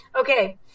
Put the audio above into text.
Okay